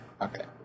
okay